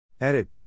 Edit